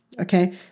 okay